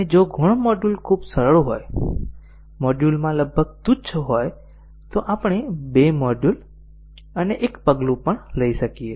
અને જો ગૌણ મોડ્યુલ ખૂબ સરળ હોય મોડ્યુલમાં લગભગ તુચ્છ હોય તો આપણે બે મોડ્યુલ અને એક પગલું પણ લઈ શકીએ